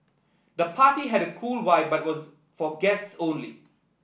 the party had a cool vibe but was for guests only